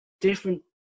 different